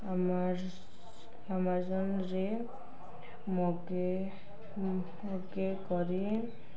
ଆମାଜନ୍ରେ ମଗେ ମଗେଇ କରି